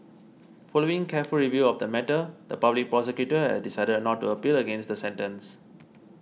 following careful review of the matter the Public Prosecutor has decided not to appeal against the sentence